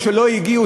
או שלא הגיעו,